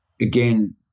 again